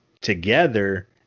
together